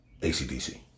ACDC